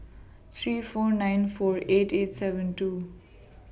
three four nine four eight eight seven two